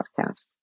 podcast